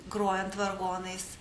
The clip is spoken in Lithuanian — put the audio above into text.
grojant vargonais